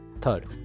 third